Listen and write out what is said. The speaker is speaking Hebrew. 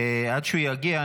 עד שהוא יגיע,